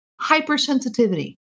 Hypersensitivity